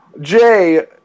Jay